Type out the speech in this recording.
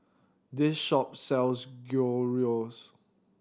this shop sells Gyros